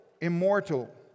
immortal